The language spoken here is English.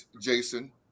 Jason